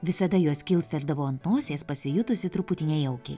visada juos kilsteldavo ant nosies pasijutusi truputį nejaukiai